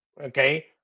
okay